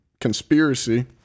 Conspiracy